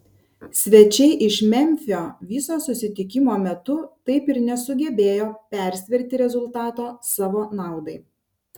svečiai iš memfio viso susitikimo metu taip ir nesugebėjo persverti rezultato savo naudai